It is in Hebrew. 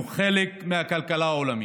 אנחנו חלק מהכלכלה העולמית.